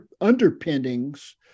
underpinnings